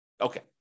Okay